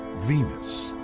venus,